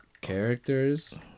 characters